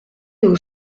aux